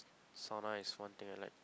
sauna is one thing I like